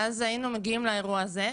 ואז היינו מגיעים לאירוע הזה,